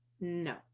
No